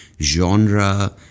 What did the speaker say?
genre